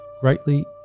greatly